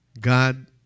God